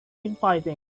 inviting